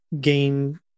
gain